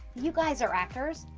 you guys are actors,